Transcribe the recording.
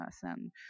person